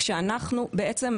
בעצם,